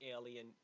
alien